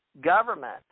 government